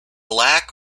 lack